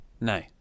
No